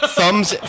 Thumbs